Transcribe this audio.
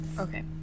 Okay